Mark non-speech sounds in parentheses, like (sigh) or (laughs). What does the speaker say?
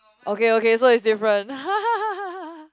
okay okay so it's different (laughs)